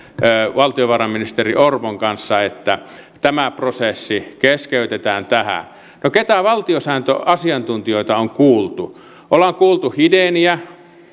valtiovarainministeri orpon kanssa että tämä prosessi keskeytetään tähän no ketä valtiosääntöasiantuntijoita on kuultu ollaan kuultu hideniä